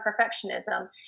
perfectionism